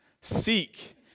Seek